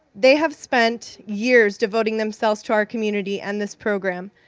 they have spent years devoting themselves to our community and this program.